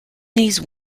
these